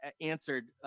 answered –